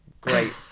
great